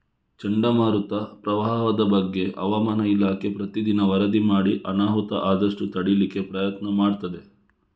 ಚಂಡಮಾರುತ, ಪ್ರವಾಹದ ಬಗ್ಗೆ ಹವಾಮಾನ ಇಲಾಖೆ ಪ್ರತೀ ದಿನ ವರದಿ ಮಾಡಿ ಅನಾಹುತ ಆದಷ್ಟು ತಡೀಲಿಕ್ಕೆ ಪ್ರಯತ್ನ ಮಾಡ್ತದೆ